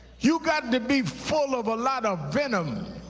you got to be full of a lot of venom,